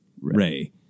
Ray